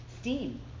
steam